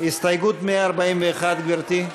הסתייגות 141, גברתי?